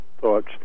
Thoughts